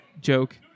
joke